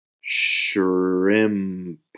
shrimp